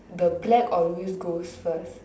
the black always goes first